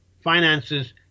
finances